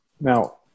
Now